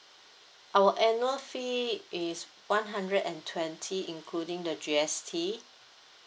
our annual fee is one hundred and twenty including the G_S_T